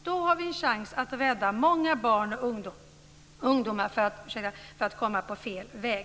Då har vi en chans att rädda många barn och ungdomarna från att komma på fel väg.